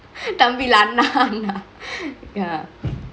தம்பி இல்ல அண்ணா அண்ணா:thambi ille anna anna ya